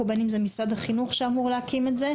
בין אם משרד החינוך צריך להקים את זה.